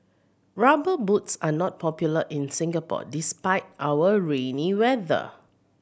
Rubber Boots are not popular in Singapore despite our rainy weather